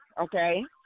okay